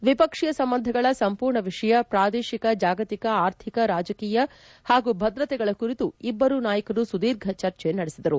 ದ್ವಿಪಕ್ಷೀಯ ಸಂಬಂಧಗಳ ಸಂಪೂರ್ಣ ವಿಷಯ ಪ್ರಾದೇಶಿಕ ಜಾಗತಿಕ ಅರ್ಥಿಕ ರಾಜಕೀಯ ಹಾಗೂ ಭದ್ರತೆಗಳ ಕುರಿತು ಇಬ್ಬ ರೂ ನಾಯಕರು ಸುದೀರ್ಘ ಚರ್ಚೆ ನಡೆಸಿದರು